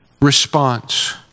response